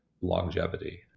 longevity